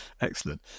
excellent